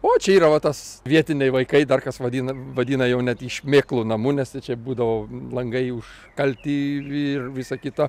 o čia yra va tas vietiniai vaikai dar kas vadina vadina jau net jį šmėklų namu nes tai čia būdavo langai už kalti ir visa kita